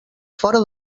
fora